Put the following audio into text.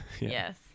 Yes